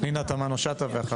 חברת הכנסת פנינה תמנו, בבקשה.